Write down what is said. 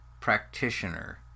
Practitioner